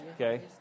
Okay